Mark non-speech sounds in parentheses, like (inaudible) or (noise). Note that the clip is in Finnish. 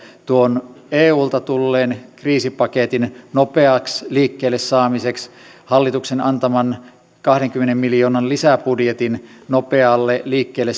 tuon eulta tulleen kriisipaketin nopeaksi liikkeelle saamiseksi hallituksen antaman kahdenkymmenen miljoonan lisäbudjetin nopeaksi liikkeelle (unintelligible)